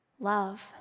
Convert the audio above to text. Love